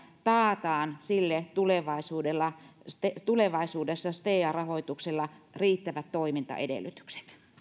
taataan sille tulevaisuudessa stea tulevaisuudessa stea rahoituksella riittävät toimintaedellytykset